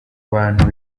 bantu